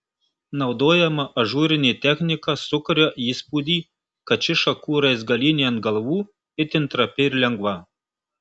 naudojama ažūrinė technika sukuria įspūdį kad ši šakų raizgalynė ant galvų itin trapi ir lengva